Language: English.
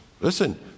listen